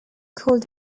called